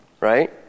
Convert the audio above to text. right